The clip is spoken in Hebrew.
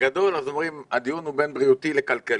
בגדול אומרים שהדיון הוא בין בריאותי וכלכלי,